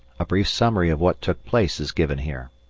a brief summary of what took place is given here.